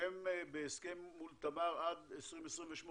אתם בהסכם מול תמר עד 2028?